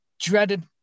dreaded